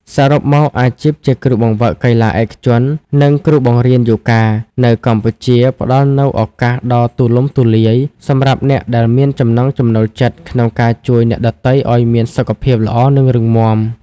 សរុបមក អាជីពជាគ្រូបង្វឹកកីឡាឯកជន និងគ្រូបង្រៀនយូហ្គានៅកម្ពុជាផ្តល់នូវឱកាសដ៏ទូលំទូលាយសម្រាប់អ្នកដែលមានចំណង់ចំណូលចិត្តក្នុងការជួយអ្នកដទៃឱ្យមានសុខភាពល្អ និងរឹងមាំ។